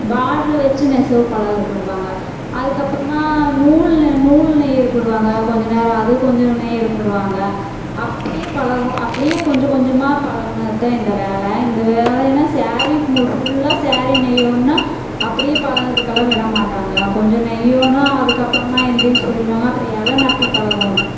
பாட்ரு வச்சி நெசவு பழகிறக்கு விடுவாங்க அதுக்கு அப்பறமாக நூல் நூல் நெய்கிறக்கு விடுவாங்க அது கொஞ்சம் நேரம் அது கொஞ்சம் நெய்கிறக்கு விடுவாங்க அப்படியே பழகுவோம் அப்படியே கொஞ்சம் கொஞ்சமாக பழகினது தான் இந்த வேலை இந்த வேலைனா சேரி ஃபுல்லாக சேரி நெய்யணும்னா அப்படியே பழகிறதுக்குலாம் விட மாட்டாங்க கொஞ்சம் நெய்யணும் அதுக்கு அப்பறமா எழுந்திரிக்க சொல்லிடுவாங்க அப்றம் எலை நப்பி பழகணும்